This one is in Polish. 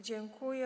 Dziękuję.